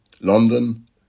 London